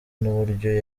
n’uburyo